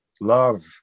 love